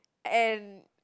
and